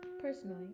Personally